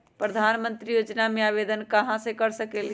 प्रधानमंत्री योजना में आवेदन कहा से कर सकेली?